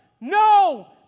no